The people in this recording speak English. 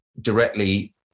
directly